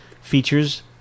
features